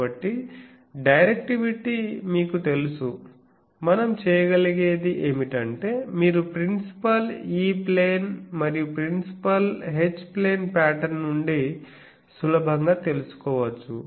కాబట్టి డైరెక్టివిటీ మీకు తెలుసు మనం చేయగలిగేది ఏమిటంటే మీరు ప్రిన్సిపల్ E ప్లేన్ మరియు ప్రిన్సిపల్ H ప్లేన్ పాటర్న్ నుండి సులభంగా తెలుసుకోవచ్చు